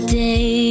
day